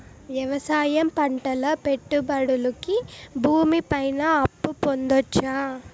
వ్యవసాయం పంటల పెట్టుబడులు కి భూమి పైన అప్పు పొందొచ్చా?